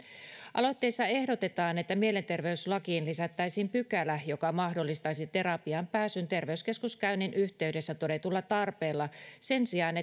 aloitteessa ehdotetaan että mielenterveyslakiin lisättäisiin pykälä joka mahdollistaisi terapiaan pääsyn terveyskeskuskäynnin yhteydessä todetulla tarpeella sen sijaan